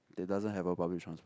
that doesn't have a public trans~